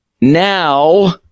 now